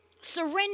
Surrender